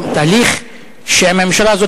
תהליך שהממשלה הזאת,